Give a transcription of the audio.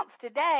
today